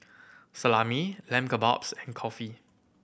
Salami Lamb Kebabs and Kulfi